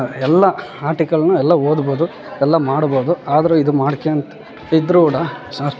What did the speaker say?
ಎಲ್ಲಾ ಆಟಿಕಲ್ನ್ ಎಲ್ಲಾ ಓದ್ಬೋದು ಎಲ್ಲಾ ಮಾಡ್ಬೋದು ಆದರೆ ಇದು ಮಾಡ್ಕೆ ಅಂತ ಇದ್ದರೂ ಕೂಡ ಸರ್